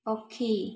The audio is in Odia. ପକ୍ଷୀ